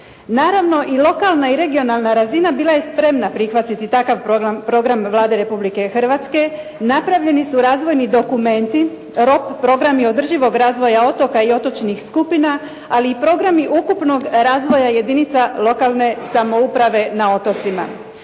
Naravno i lokalna i regionalna razina bila je spremna prihvatiti takav program Vlade Republike Hrvatske. Napravljeni su razvojni dokumenti, rok i programi održivog razvoja otoka i otočnih skupina, ali i programi ukupnog razvoja jedinica lokalne samouprave na otocima.